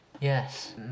yes